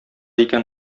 икән